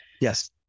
Yes